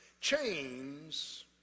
Chains